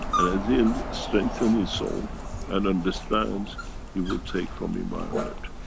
and as he and strengthens his soul and understands he will take from environment.